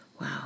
Wow